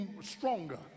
stronger